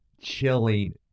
chilling